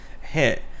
hit